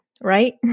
right